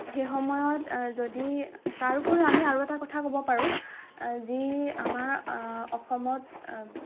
সেই সময়ত যদি তাৰোপৰিও আমি আৰু এটা কথা ক'ব পাৰো যি আমাৰ অসমত